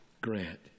Grant